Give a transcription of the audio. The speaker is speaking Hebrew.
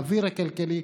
האוויר הכלכלי.